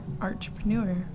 entrepreneur